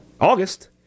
August